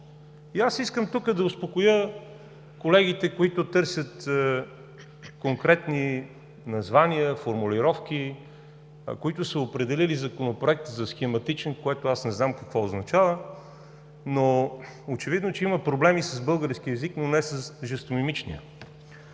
И аз искам тук да успокоя колегите, които търсят с конкретни названия, формулировки, които са определили законопроект за схематичен, което аз не знам какво означава, но очевидно е, че има проблеми с българския език, но не с жестомимичния.